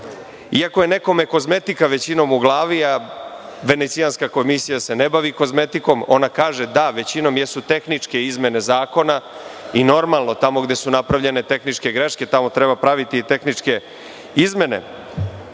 iako je nekome kozmetika većinom u glavi, a Venecijanska komisija se ne bavi kozmetikom. Ona kaže – da, većinom jesu tehničke izmene zakona i, normalno, tamo gde su napravljene tehničke greške, tamo treba praviti i tehničke izmene,